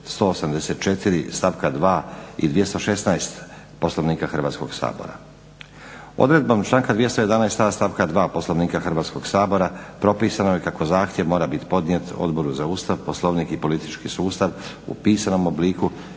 184. stavka 2. i 216. Poslovnika Hrvatskog sabora. Odredbom članka 211.a stavka 2. Poslovnika Hrvatskog sabora propisano je kako zahtjev mora biti podnijet Odboru za Ustav, poslovnik i politički sustav u pisanom obliku